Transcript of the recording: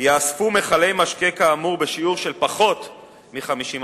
יאספו מכלי משקה כאמור בשיעור של פחות מ-50%,